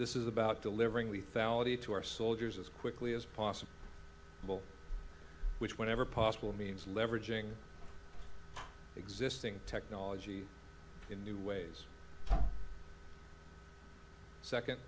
this is about delivering the thousand to our soldiers as quickly as possible which whenever possible means leveraging existing technology in new ways second